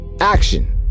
Action